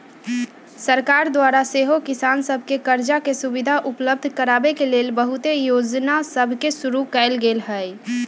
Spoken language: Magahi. सरकार द्वारा सेहो किसान सभके करजा के सुभिधा उपलब्ध कराबे के लेल बहुते जोजना सभके शुरु कएल गेल हइ